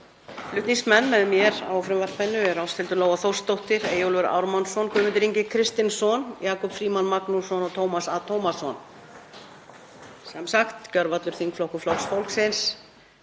Flutningsmenn með mér á frumvarpinu eru hv þm. Ásthildur Lóa Þórsdóttir, Eyjólfur Ármannsson, Guðmundur Ingi Kristinsson, Jakob Frímann Magnússon og Tómas A. Tómasson, sem sagt gjörvallur þingflokkur Flokks fólksins,